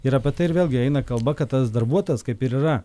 ir apie tai ir vėlgi eina kalba kad tas darbuotojas kaip ir yra